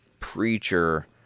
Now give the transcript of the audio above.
Preacher